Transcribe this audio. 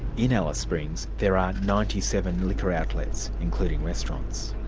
in alice springs there are ninety seven liquor outlets, including restaurants.